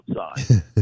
outside